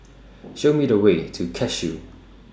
Show Me The Way to Cashew